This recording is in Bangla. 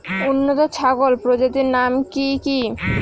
উন্নত ছাগল প্রজাতির নাম কি কি?